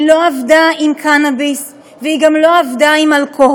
היא לא עבדה עם קנאביס והיא גם לא עבדה עם אלכוהול.